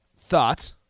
thought